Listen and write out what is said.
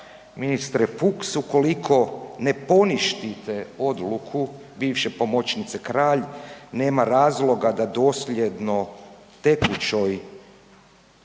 Ministre Fuchs ukoliko ne poništite odluku bivše pomoćnice Kralj nema razloga da dosljedno tekućoj